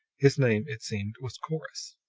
his name, it seemed, was corrus.